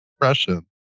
depression